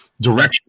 direction